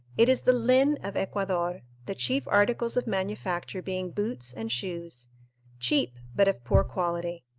it is the lynn of ecuador, the chief articles of manufacture being boots and shoes cheap, but of poor quality.